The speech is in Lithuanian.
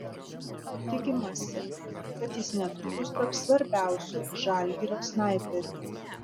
tikimasi kad jis netrukus taps svarbiausiu žalgirio snaiperiu